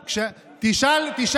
כי עמך הסליחה למען תִּוָּרֵא.